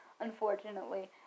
unfortunately